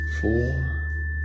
four